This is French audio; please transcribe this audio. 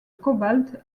cobalt